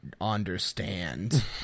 understand